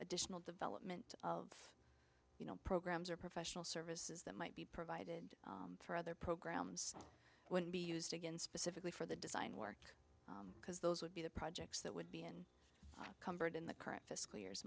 additional development of you know programs or professional services that might be provided for other programs would be used against specifically for the design work because those would be the projects that would be and covered in the current fiscal year